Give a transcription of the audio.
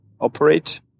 operate